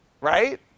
Right